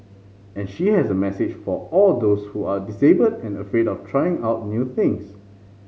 and she has a message for all those who are disabled and afraid of trying out new things